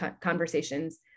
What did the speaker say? conversations